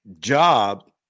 job